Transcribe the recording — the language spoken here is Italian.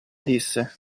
disse